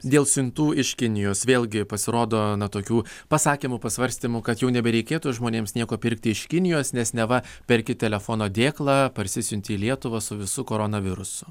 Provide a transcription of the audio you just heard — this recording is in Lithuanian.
dėl siuntų iš kinijos vėlgi pasirodo na tokių pasakymų pasvarstymų kad jau nebereikėtų žmonėms nieko pirkti iš kinijos nes neva perki telefono dėklą parsisiunti į lietuvą su visu koronavirusu